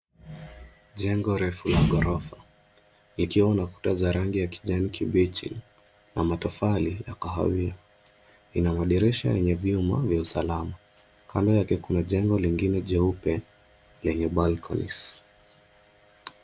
Jengo refu la ghorofa, likiwa na kuta za kijani kibichi na matofali ya kahawia. Lina madirisha yenye vyuma vya usalama. Kando yake kuna jengo lingine jeupe yenye balconies .